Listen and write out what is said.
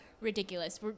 ridiculous